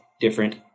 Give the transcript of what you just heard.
different